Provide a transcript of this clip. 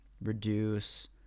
reduce